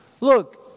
look